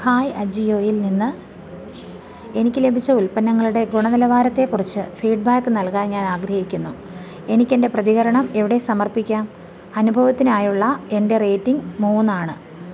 hi അജിയോയിൽ നിന്ന് എനിക്ക് ലഭിച്ച ഉൽപ്പന്നങ്ങളുടെ ഗുണനിലവാരത്തെ കുറിച്ച് ഫീഡ്ബാക്ക് നൽകാൻ ഞാൻ ആഗ്രഹിക്കുന്നു എനിക്ക് എൻ്റെ പ്രതികരണം എവിടെ സമർപ്പിക്കാം അനുഭവത്തിനായുള്ള എൻ്റെ റേറ്റിംഗ് മൂന്നാണ്